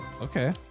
Okay